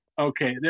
Okay